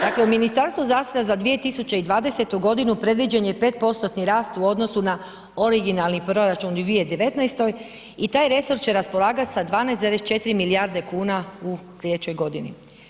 Dakle, za Ministarstvo zdravstva za 2020. g. predviđen je 5%-tni rast u odnosu na originalni proračun u 2019. i taj resor će raspolagati sa 12,4 milijarde kuna u slijedećoj godini.